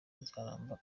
nzaramba